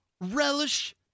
relish